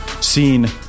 Seen